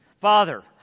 Father